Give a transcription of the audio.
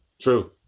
True